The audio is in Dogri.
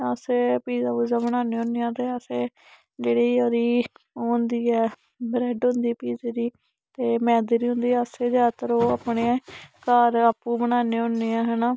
अस पीजा पुजा बनाने होंन्ने आं ते असें जेह्ड़ी ओह्दी ओह् होंदी ऐ ब्रेड होंदी पीजे दी ते मैदे दी होंदी ते असें ज्यादातर ओह् अपने घर आपूं बनान्ने होन्ने आं